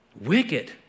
Wicked